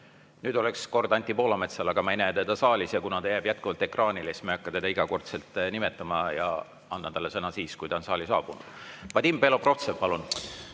Nüüd oleks Anti Poolametsa kord, aga ma ei näe teda saalis. Kuna ta jääb jätkuvalt ekraanile, siis ma ei hakka teda iga kord nimetama ja annan talle sõna siis, kui ta on saali saabunud. Vadim Belobrovtsev, palun!